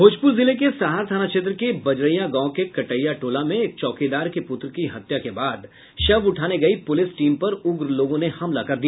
भोजपुर जिले के सहार थाना क्षेत्र के बजरयां गांव के कटैया टोला में एक चौकीदार के पुत्र की हत्या के बाद शव उठाने गयी पुलिस टीम पर उग्र लोगों ने हमला कर दिया